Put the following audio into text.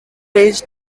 age